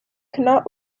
cannot